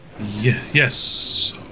yes